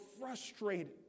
frustrated